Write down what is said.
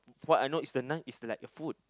so what I know is like the nun is like a food